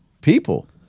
people